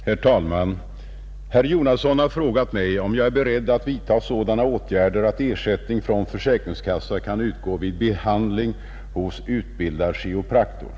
Herr talman! Herr Jonasson har frågat mig om jag är beredd att vidta sådana åtgärder att ersättning från försäkringskassa kan utgå vid Nr 78 behandling hos utbildad chiropraktor.